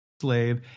slave